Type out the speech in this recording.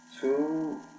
two